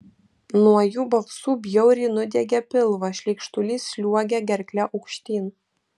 nuo jų balsų bjauriai nudiegia pilvą šleikštulys sliuogia gerkle aukštyn